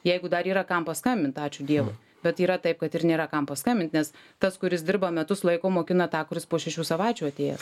jeigu dar yra kam paskambint ačiū dievui bet yra taip kad ir nėra kam paskambint nes tas kuris dirba metus laiko mokina tą kuris po šešių savaičių atėjęs